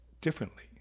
differently